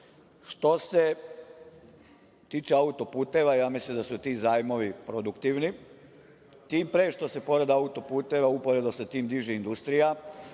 ja. Što se tiče autoputeva, ja mislim da su ti zajmovi produktivni, tim pre što se pored autoputeva uporedo sa tim diže industrija